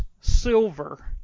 silver